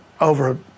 over